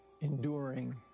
enduring